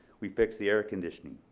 we fix the air conditioning.